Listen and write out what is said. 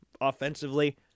offensively